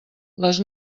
les